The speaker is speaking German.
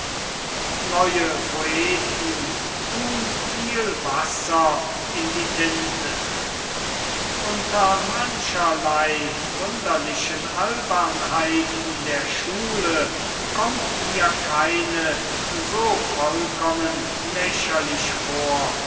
neuere poeten tun viel wasser in die tinte unter mancherlei wunderlichen albernheiten der schulen kommt mir keine so vollkommen lächerlich vor